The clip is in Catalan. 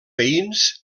veïns